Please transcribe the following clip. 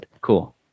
Cool